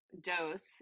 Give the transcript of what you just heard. dose